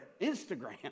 Instagram